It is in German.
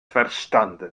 verstanden